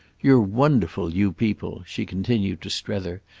you're wonderful, you people, she continued to strether,